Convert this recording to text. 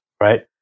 Right